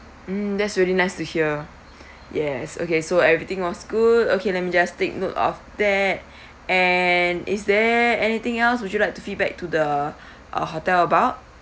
mm that's really nice to hear yes okay so everything was good okay let me just take note of that and is there anything else would you like to feedback to the uh hotel about